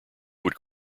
would